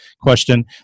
question